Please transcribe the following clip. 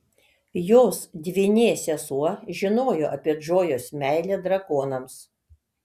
jos dvynė sesuo žinojo apie džojos meilę drakonams